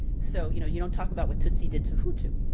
so you know, you don't talk about what tutsi did to hutu.